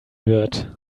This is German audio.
wird